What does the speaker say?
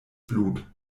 blut